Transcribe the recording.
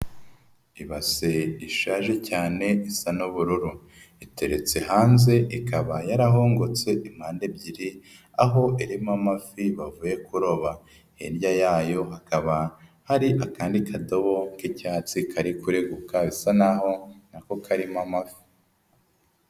Ibase ishaje cyane isa n'ubururu, iteretse hanze ikaba yararongongotse impande ebyiri, aho irimo amafi bavuye kuroba, hirya yayo hakaba hari akandi kadobo k'icyatsi kari kureguka bisa naho nako karimo amafi.